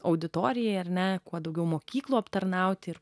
auditorijai ar ne kuo daugiau mokyklų aptarnauti ir